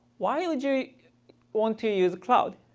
why would you want to use cloud?